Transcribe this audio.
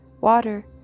Water